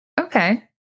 Okay